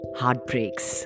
heartbreaks